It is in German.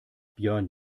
björn